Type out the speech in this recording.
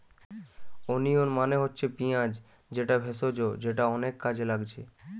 onion মানে হচ্ছে পিঁয়াজ যেটা ভেষজ যেটা অনেক কাজে লাগছে